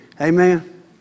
Amen